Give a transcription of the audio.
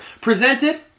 presented